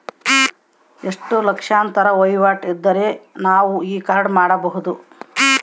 ಎಷ್ಟು ಲಕ್ಷಾಂತರ ವಹಿವಾಟು ಇದ್ದರೆ ನಾವು ಈ ಕಾರ್ಡ್ ಮಾಡಿಸಬಹುದು?